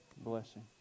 blessing